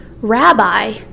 Rabbi